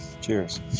Cheers